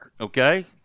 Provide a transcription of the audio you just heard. Okay